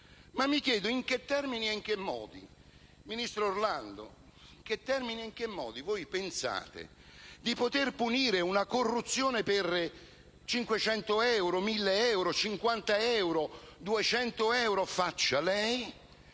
- mi chiedo in che termini e in che modi, ministro Orlando, pensate di poter punire una corruzione per 500 euro, 1.000 euro, 50 euro, 200 euro (faccia lei)